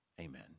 Amen